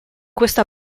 questa